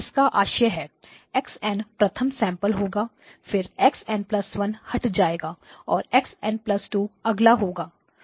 इसका आशय है x n प्रथम सैंपल होगा फिर x n1 हट जाएगा और x n2 अगला होगा